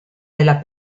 della